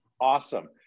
awesome